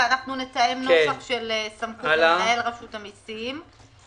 ונתאם נוסח של סמכות מנהל רשות המיסים.